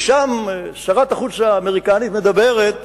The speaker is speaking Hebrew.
ושם שרת החוץ האמריקנית מדברת